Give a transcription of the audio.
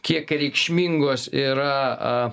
kiek reikšmingos yra a